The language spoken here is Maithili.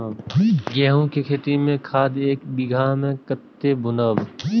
गेंहू के खेती में खाद ऐक बीघा में कते बुनब?